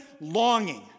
longing